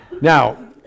Now